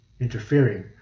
interfering